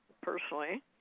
personally